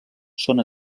són